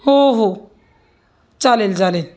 हो हो चालेल चालेल